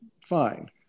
fine